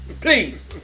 Please